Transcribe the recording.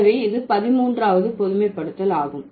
எனவே இது பதிமூன்றாவது பொதுமைப்படுத்தல் ஆகும்